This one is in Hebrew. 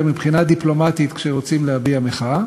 מבחינה דיפלומטית כשרוצים להביע מחאה,